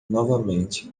novamente